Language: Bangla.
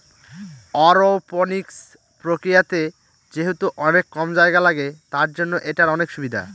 অরওপনিক্স প্রক্রিয়াতে যেহেতু অনেক কম জায়গা লাগে, তার জন্য এটার অনেক সুবিধা